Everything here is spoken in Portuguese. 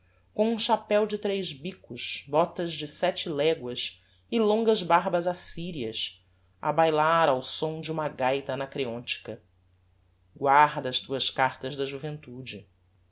com um chapéu de tres bicos botas de sete leguas e longas barbas assyrias a bailar ao som de uma gaita anacreontica guarda as tuas cartas da juventude